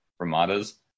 ramadas